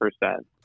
percent